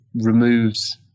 removes